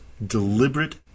deliberate